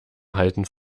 halten